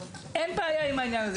אין בעיה עם העניין הזה,